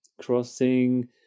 crossing